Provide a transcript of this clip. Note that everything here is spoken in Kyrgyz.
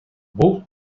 бул